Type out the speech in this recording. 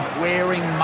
wearing